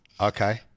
okay